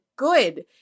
Good